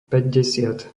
päťdesiat